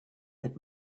that